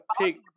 pick